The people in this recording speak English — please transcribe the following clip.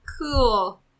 Cool